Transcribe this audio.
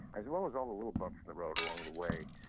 as well as all the little bumps in the road along the way,